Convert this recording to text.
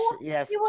yes